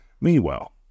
Meanwhile